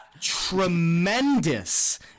tremendous